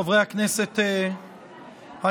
חברי הכנסת הנכבדים,